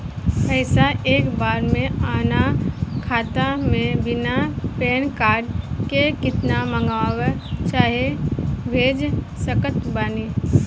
पैसा एक बार मे आना खाता मे बिना पैन कार्ड के केतना मँगवा चाहे भेज सकत बानी?